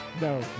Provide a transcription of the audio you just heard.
no